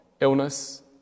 illness